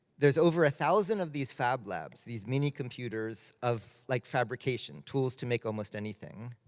there's over a thousand of these fab labs, these mini computers of like fabrication, tools to make almost anything.